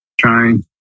trying